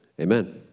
Amen